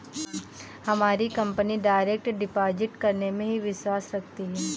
हमारी company direct deposit करने में ही विश्वास रखती है